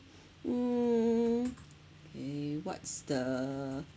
mm K what's the